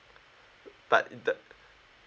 but the